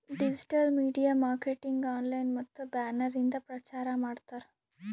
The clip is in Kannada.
ಡಿಜಿಟಲ್ ಮೀಡಿಯಾ ಮಾರ್ಕೆಟಿಂಗ್ ಆನ್ಲೈನ್ ಮತ್ತ ಬ್ಯಾನರ್ ಇಂದ ಪ್ರಚಾರ್ ಮಾಡ್ತಾರ್